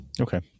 Okay